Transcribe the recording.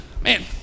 man